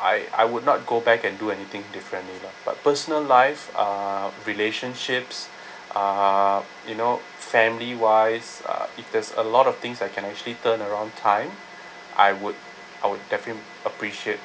I I would not go back and do anything differently lah but personal life uh relationships uh you know family-wise uh if there's a lot of things I can actually turn around time I would I would definitely appreciate